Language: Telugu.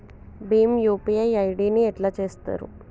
భీమ్ యూ.పీ.ఐ ఐ.డి ని ఎట్లా చేత్తరు?